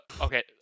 Okay